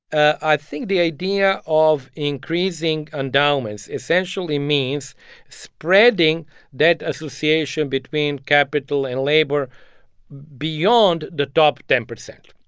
i think the idea of increasing endowments essentially means spreading that association between capital and labor beyond the top ten percent.